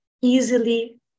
easily